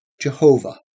Jehovah